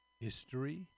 history